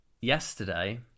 yesterday